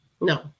No